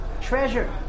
treasure